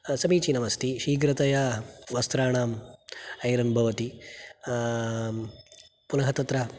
समीचीनमस्ति शीघ्रतया वस्त्राणाम् ऐरन् भवति पुनः तत्र